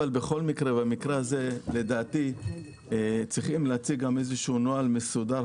במקרה הזה לדעתי צריכים להציג גם איזשהו נוהל מסודר